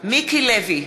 מיקי לוי,